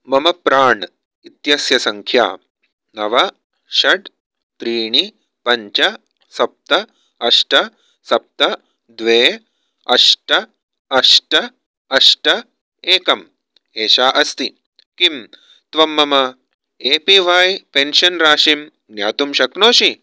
मम प्राण् इत्यस्य सङ्ख्या नव षट् त्रीणि पञ्च सप्त अष्ट सप्त द्वे अष्ट अष्ट अष्ट एकम् एषा अस्ति किं त्वं मम ए पी वय् पेन्शन् राशिं ज्ञातुं शक्नोषि